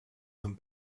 them